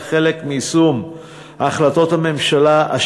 כחלק מיישום החלטות הממשלה",